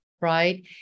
right